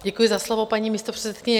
Děkuji za slovo, paní místopředsedkyně.